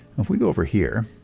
if we go over here,